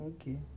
Okay